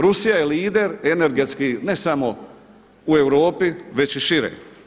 Rusija je lider energetski ne samo u Europi već i šire.